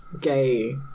gay